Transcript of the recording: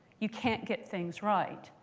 you can't get things right.